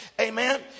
Amen